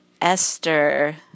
Esther